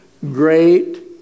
Great